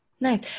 Nice